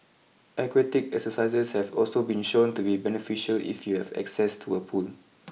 Aquatic exercises have also been shown to be beneficial if you have access to a pool